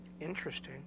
Interesting